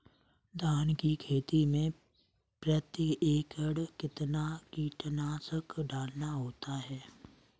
धान की खेती में प्रति एकड़ कितना कीटनाशक डालना होता है?